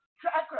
Tracker